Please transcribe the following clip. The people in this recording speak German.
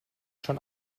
schon